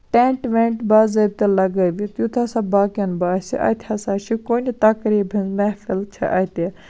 tent وینٹ باظٲبطہٕ لَگٲوِتھ یُتھ ہسا باقین باسہِ اَتہِ ہسا چھُ کُنہِ تَقریٖب ہُند محفِل چھِ اَتہِ